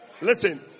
Listen